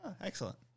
excellent